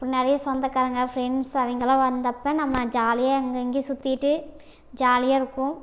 அப்றம் நிறைய சொந்தக்காரங்க ஃபிரண்ட்ஸ் அவங்கள்லாம் வந்தப்போ நம்ம ஜாலியாக அங்கே இங்கே சுத்திட்டு ஜாலியாக இருக்கும்